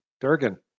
Durgan